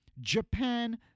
japan